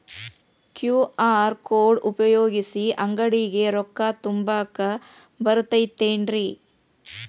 QR code ಉಪಯೋಗಿಸಿ, ಅಂಗಡಿಗೆ ರೊಕ್ಕಾ ತುಂಬಾಕ್ ಬರತೈತೇನ್ರೇ?